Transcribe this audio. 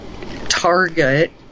target